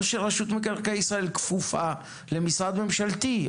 או שרשות מקרקעי ישראל כפופה למשרד ממשלתי,